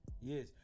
Yes